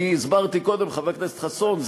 אני הסברתי קודם, חבר הכנסת חסון.